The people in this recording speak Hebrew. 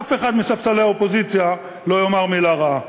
אף אחד מספסלי האופוזיציה לא יאמר מילה רעה.